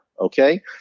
okay